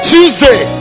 Tuesday